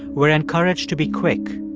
we're encouraged to be quick,